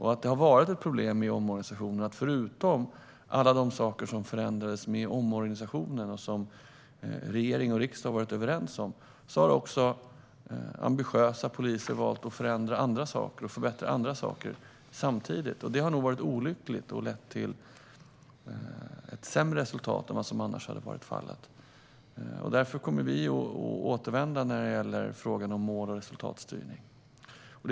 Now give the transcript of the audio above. Det har varit ett problem i omorganisationen att förutom alla de saker som förändrades med omorganisationen och som regeringen och riksdagen varit överens om har också ambitiösa poliser valt att förändra och förbättra andra saker samtidigt. Det har nog varit olyckligt och lett till ett sämre resultat än vad som annars hade varit fallet. Därför kommer vi att återvända när det gäller frågan om mål och resultatstyrning. Herr talman!